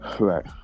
right